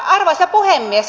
arvoisa puhemies